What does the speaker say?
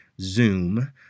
Zoom